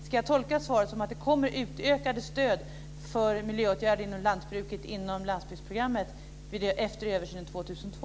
Ska jag tolka svaret så att det kommer utökade stöd för miljöåtgärder inom lantbruket inom landsbygdsprogrammet efter översynen 2002?